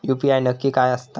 UPI नक्की काय आसता?